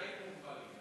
בתנאים מוגבלים, והשתחרר.